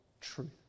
truth